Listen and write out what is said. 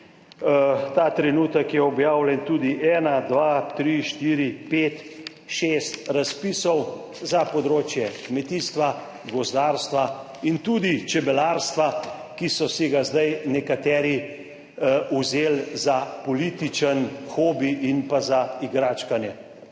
Ta trenutek je objavljen tudi ena, dva, tri, štiri, pet, šest razpisov za področje kmetijstva, gozdarstva in tudi čebelarstva, ki so si ga zdaj nekateri vzeli za političen hobi in pa za igračkanje.